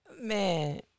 man